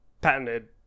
patented